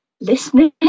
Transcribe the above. listening